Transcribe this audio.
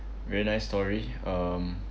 very nice story um